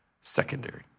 secondary